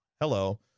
Hello